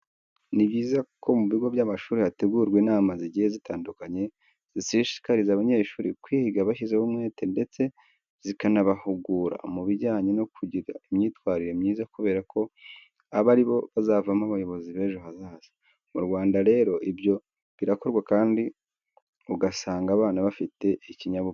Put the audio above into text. Ni byiza ko mu bigo by'amashuri hategurwa inama zigiye zitandukanye zishishikariza abanyeshuri kwiga bashyizeho umwete, ndetse zikanabahugura mu bijyanye no kugira imyitwarire myiza kubera ko aba ari bo bazavamo abayobozi b'ejo hazaza. Mu Rwanda rero ibyo birakorwa kandi ugusanga abana bafite ikinyabupfura.